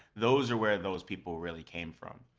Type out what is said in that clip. those are where those people really came from,